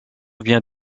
vient